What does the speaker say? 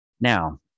Now